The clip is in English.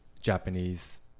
Japanese